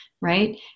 right